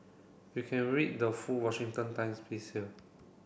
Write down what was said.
you can read the full Washington Times piece here